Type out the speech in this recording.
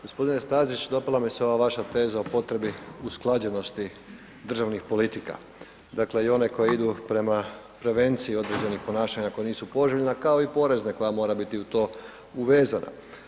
G. Stazić, dopala mi se ova vaša teza o potrebi usklađenosti državnih politika dakle i one koje idu prema prevenciji određenih ponašanja koja nisu poželjna kao i porezna koja moraju biti u to uvezena.